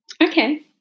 okay